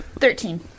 Thirteen